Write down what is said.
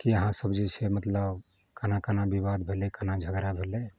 कि अहाँ सब जे छै मतलब केना केना बिबाद भेलै केना झगड़ा भेलै